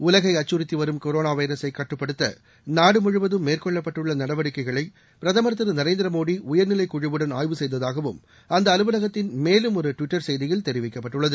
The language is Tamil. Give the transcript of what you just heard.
உலகை அச்சுறுத்தி வரும் கொரோனா வைரஸை கட்டுப்படுத்த நாடு முழுவதும் மேற்கொள்ளப்பட்டுள்ள நடவடிக்கைகளை பிரதமர் திரு நரேந்திர மோடி உயர்நிலை குழுவுடன் ஆய்வு செய்ததாகவும் அந்த அலுவலகத்தின் மேலும் ஒரு டுவிட்டர் செய்தியில் தெரிவிக்கப்பட்டுள்ளது